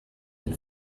den